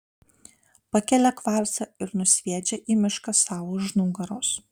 pakelia kvarcą ir nusviedžia į mišką sau už nugaros